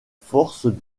forces